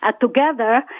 together